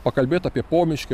pakalbėt apie pomiškį